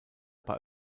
bei